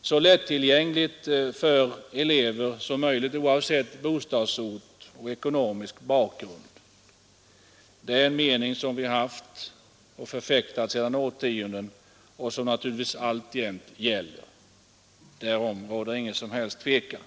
och så lättillgängligt som möjligt för elever oavsett bostadsort och ekonomisk bakgrund. Det är en mening som vi har förfäktat sedan årtionden och som naturligtvis alljämt gäller; därom råder inget som helst tvivel.